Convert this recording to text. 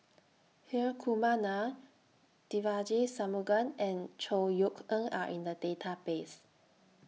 Hri Kumar Nair Devagi Sanmugam and Chor Yeok Eng Are in The Database